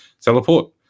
teleport